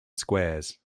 squares